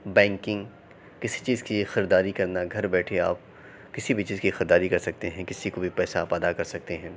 banking کسی چیز کی خریداری کرنا گھر بیٹھے آپ کسی بھی چیز کی خریداری کر سکتے ہیں کسی کو بھی آپ پیسہ ادا کر سکتے ہیں